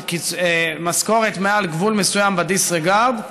מקבל משכורת מעל גבול מסוים ב-disregard,